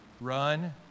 run